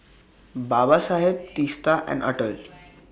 Babasaheb Teesta and Atal